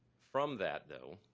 from that though,